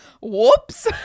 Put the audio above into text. Whoops